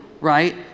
right